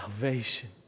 salvation